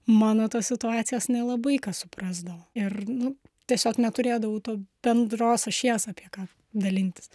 mano tos situacijos nelabai ką suprasdavo ir nu tiesiog neturėdavau to bendros ašies apie ką dalintis